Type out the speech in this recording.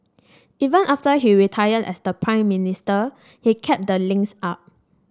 even after he retired as Prime Minister he kept the links up